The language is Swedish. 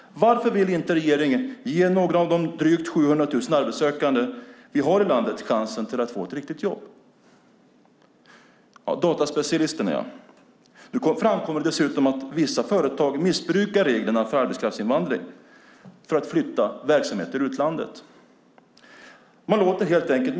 Varför vill regeringen inte ge några av de drygt 700 000 arbetssökande vi har i landet chansen att få ett riktigt jobb? På tal om dataspecialisterna framkommer det nu att vissa företag missbrukar reglerna för arbetskraftsinvandring till att flytta verksamheter ut ur landet.